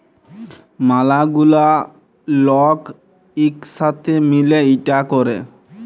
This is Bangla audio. ম্যালা গুলা লক ইক সাথে মিলে ইটা ক্যরে